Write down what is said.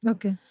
Okay